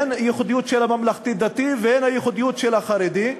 הן בייחודיות של הממלכתי-דתי והן בייחודיות של החרדי.